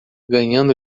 ganhando